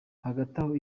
hagataho